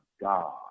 God